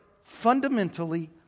fundamentally